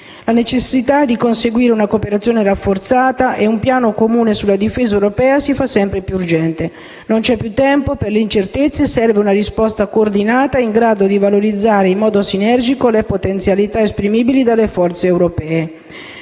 La necessità di conseguire una cooperazione rafforzata e un piano comune sulla difesa europea si fa sempre più urgente. Non c'è più tempo per le incertezze e serve una risposta coordinata in grado di valorizzare in modo sinergico le potenzialità esprimibili dalle forze europee.